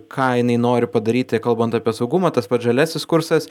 ką jinai nori padaryti kalbant apie saugumą tas pats žaliasis kursas